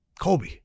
Kobe